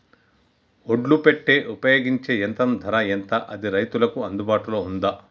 ఒడ్లు పెట్టే ఉపయోగించే యంత్రం ధర ఎంత అది రైతులకు అందుబాటులో ఉందా?